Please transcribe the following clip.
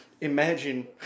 imagine